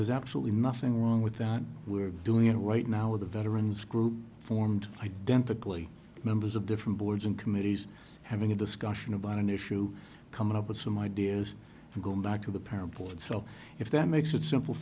there's absolutely nothing wrong with that we're doing it right now with a veterans group formed identically members of different boards and committees having a discussion about an issue coming up with some ideas going back to the power board so if that makes it simple